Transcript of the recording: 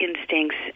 instincts